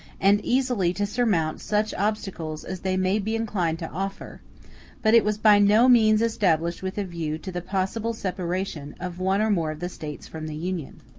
and easily to surmount such obstacles as they may be inclined to offer but it was by no means established with a view to the possible separation of one or more of the states from the union.